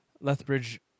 Lethbridge